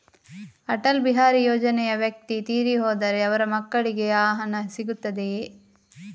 ಅಟಲ್ ಬಿಹಾರಿ ಯೋಜನೆಯ ವ್ಯಕ್ತಿ ತೀರಿ ಹೋದರೆ ಅವರ ಮಕ್ಕಳಿಗೆ ಆ ಹಣ ಸಿಗುತ್ತದೆಯೇ?